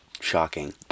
Shocking